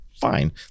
Fine